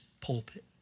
pulpit